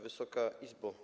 Wysoka Izbo!